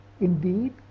Indeed